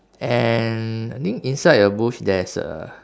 and I think inside the bush there's a